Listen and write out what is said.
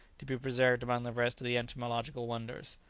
to be preserved among the rest of the entomological wonders.